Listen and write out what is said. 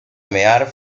mear